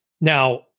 now